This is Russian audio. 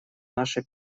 нашей